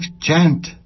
chant